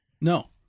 No